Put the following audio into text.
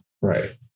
Right